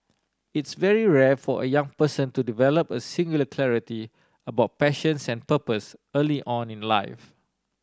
it's very rare for a young person to develop a singular clarity about passions and purpose early on in life